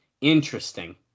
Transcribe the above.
Interesting